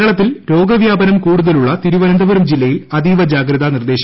കേരളത്തിൽ രോഗവ്യാപനം കൂടുതലുള്ള തിരുവനന്തപുരം ജില്ലയിൽ അതീവ ജാഗ്രതാ നിർദ്ദേശം